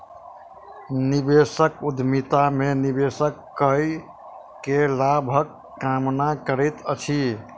निवेशक उद्यमिता में निवेश कअ के लाभक कामना करैत अछि